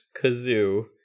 kazoo